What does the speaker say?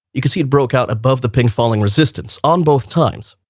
you can see it broke out above the pink falling resistance on both times.